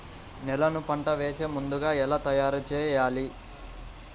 నేలను పంట వేసే ముందుగా ఎలా తయారుచేయాలి?